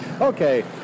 Okay